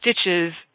stitches